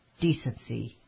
decency